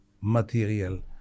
material